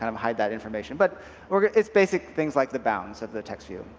um hide that information, but it's basic things like the bounds of the text view.